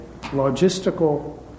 logistical